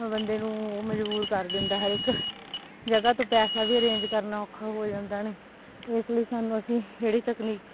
ਬੰਦੇ ਨੂੰ ਮਜ਼ਬੂਰ ਕਰ ਦਿੰਦਾ ਹਰ ਇੱਕ ਜਗ੍ਹਾ ਤੋਂ ਪੈਸਾ ਵੀ ਅਰੇਂਜ ਕਰਨਾ ਔਖਾ ਹੋ ਜਾਂਦਾ ਨੇ ਇਸ ਲਈ ਸਾਨੂੰ ਅਸੀਂ ਜਿਹੜੀ ਤਕਨੀਕ